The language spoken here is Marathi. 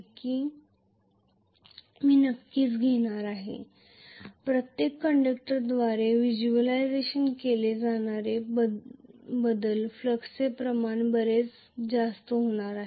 मी नक्कीच घेणार आहे प्रत्येक कंडक्टरद्वारे व्हिज्युअलाइझ केले जाणारे बदल फ्लक्सचे प्रमाण बरेच जास्त होणार आहे